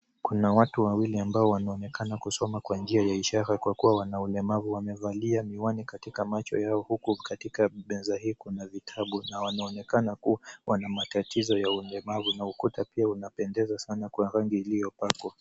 Kuna watu wawili ambao wanaonekana kusoma kwa njia ya ishara kwa kuwa wana ulemavu. Wamevalia miwani katika macho yao huku katika meza hiyo kuna vitabu na wanaonekana kuwa wana matatizo ya ulemavu na ukuta pia unapendeza kwa rangi iliyopakwa.